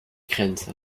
grenze